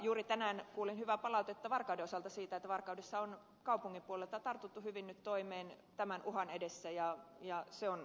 juuri tänään kuulin hyvää palautetta varkauden osalta siitä että varkaudessa on kaupungin puolelta tartuttu hyvin nyt toimeen tämän uhan edessä ja se on hieno juttu